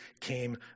came